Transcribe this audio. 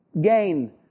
Gain